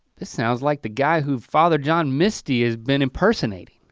this sounds like the guy who father john misty has been impersonating.